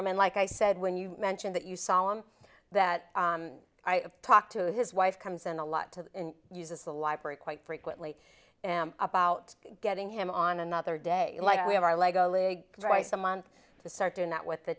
him and like i said when you mention that you saw him that i talked to his wife comes in a lot to use the library quite frequently about getting him on another day like we have our lego league rice a month to start doing that with the